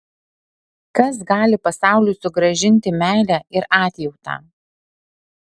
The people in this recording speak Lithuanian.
kas gali pasauliui sugrąžinti meilę ir atjautą